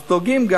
אז דואגים,